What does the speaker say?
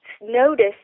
notice